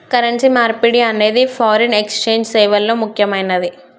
currency మార్పిడి అనేది foreign exchange సేవల్లో ముక్కెమైనది